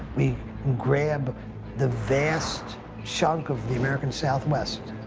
we grab the vast chunk of the american southwest.